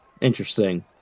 Interesting